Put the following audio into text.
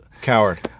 Coward